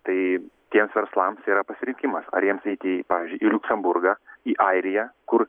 tai tiems verslams yra pasirinkimas ar jiems eiti į pavyzdžiui į liuksemburgą į airiją kur